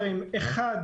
היושב-ראש,